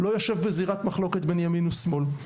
לא יושב בזירת מחלוקת בין ימין ושמאל.